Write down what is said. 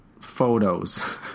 photos